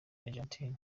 argentine